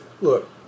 Look